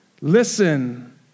listen